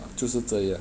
就是这样